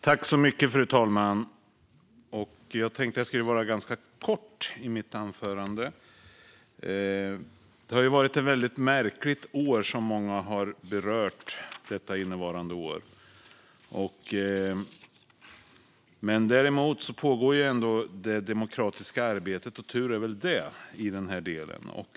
Fru talman! Jag tänkte att jag skulle hålla mitt anförande ganska kort. Det innevarande året har varit ett väldigt märkligt år, vilket många har berört. Men det demokratiska arbetet pågår, och tur är väl det i den här delen.